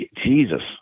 Jesus